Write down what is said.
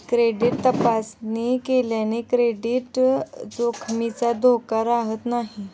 credit तपासणी केल्याने credit जोखमीचा धोका राहत नाही